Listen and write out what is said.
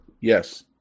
Yes